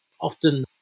often